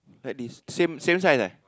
like this same same size eh